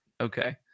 Okay